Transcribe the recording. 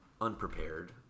unprepared